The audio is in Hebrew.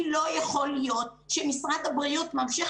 כי לא יכול להיות שמשרד הבריאות ממשיך